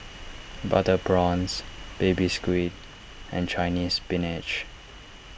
Butter Prawns Baby Squid and Chinese Spinach